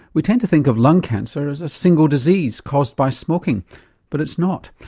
we tend to think of lung cancer as a single disease caused by smoking but it's not.